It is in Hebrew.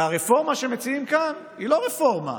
והרפורמה שמציעים כאן היא לא רפורמה,